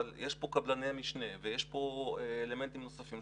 יש פה קבלני משנה ויש פה אלמנטים נוספים,